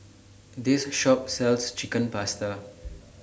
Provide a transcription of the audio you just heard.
This Shop sells Chicken Pasta